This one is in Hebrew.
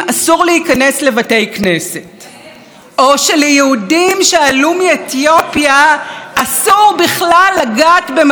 או שליהודים שעלו מאתיופיה אסור בכלל לגעת במזון וביין מחוץ לבית שלהם?